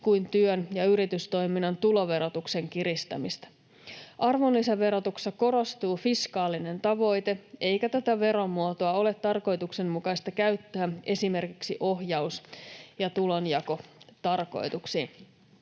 kuin työn ja yritystoiminnan tuloverotuksen kiristämistä. Arvonlisäverotuksessa korostuu fiskaalinen tavoite, eikä tätä veromuotoa ole tarkoituksenmukaista käyttää esimerkiksi ohjaus- ja tulonjakotarkoituksiin.